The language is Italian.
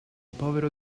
povero